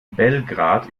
belgrad